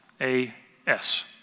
A-S